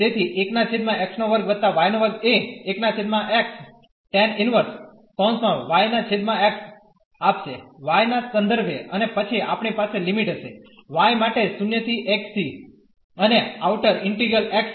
તેથી એ આપશે y ના સંદર્ભે અને પછી આપણી પાસે લિમિટ હશે y માટે 0 ¿ x થી અને આઉટર ઇન્ટીગ્રલ x માટે